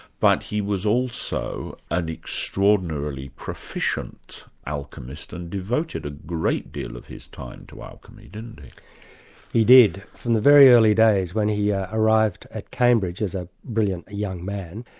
but he was also an extraordinarily proficient alchemist and devoted a great deal of his time to alchemy, didn't he? he did. from the very early days when he ah arrived at cambridge as a brilliant young man,